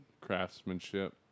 craftsmanship